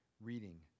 reading